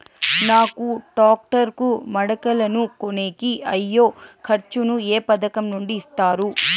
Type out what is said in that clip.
నాకు టాక్టర్ కు మడకలను కొనేకి అయ్యే ఖర్చు ను ఏ పథకం నుండి ఇస్తారు?